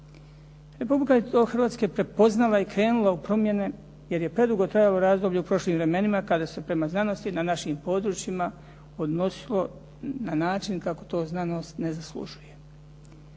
Republika Hrvatske je to prepoznala i krenula u promjene, jer je predugo trajalo razdoblje u prošlim vremenima kada se prema znanosti na našim područjima odnosilo na način kako to znanost ne zaslužuje.